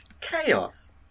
chaos